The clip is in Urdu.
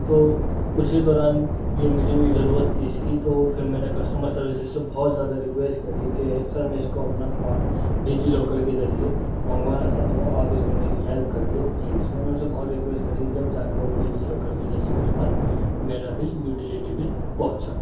تو اسی دوران یہ مجھے بھی ضرورت تھی اس کی تو پھر میں نے کسٹمر سروسز سے بہت زیادہ رکویسٹ کری کہ سر میں اس کو اپنا پار ڈیجی لوکر کے ذریعے منگوانا چاہتا ہوں تو آپ اس میں میری ہلیپ کریے پلیز میں نے ان سے بہت رکویسٹ کری جب جا کر وہ ڈیجی لوکر کے ذریعے میرے پاس میرا بل یوٹیلیٹی بل پہنچا